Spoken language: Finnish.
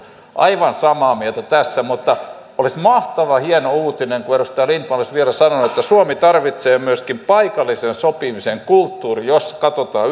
aivan samaa mieltä tässä mutta olisi mahtavan hieno uutinen kun edustaja lindtman olisi vielä sanonut että suomi tarvitsee myöskin paikallisen sopimisen kulttuurin jossa katsotaan